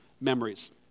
memories